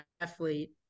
athlete